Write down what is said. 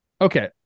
Okay